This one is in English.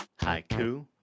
Haiku